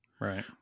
Right